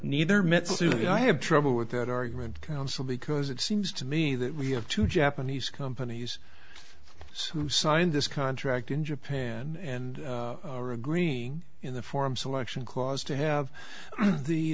neither mitsui i have trouble with that argument council because it seems to me that we have two japanese companies so who signed this contract in japan and are agreeing in the form selection clause to have the